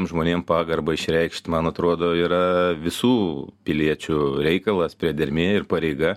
žmonėm pagarbą išreikšt man atrodo yra visų piliečių reikalas priedermė ir pareiga